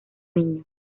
niño